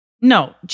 No